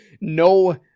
no